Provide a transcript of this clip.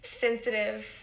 sensitive